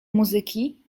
muzyki